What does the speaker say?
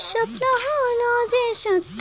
আলু চাষে জমিতে আমি কী পদ্ধতিতে জলসেচ করতে পারি?